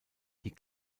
die